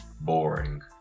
boring